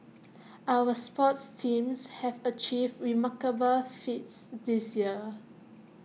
our sports teams have achieved remarkable feats this year